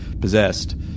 possessed